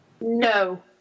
No